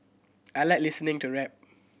I like listening to rap